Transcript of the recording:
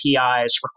APIs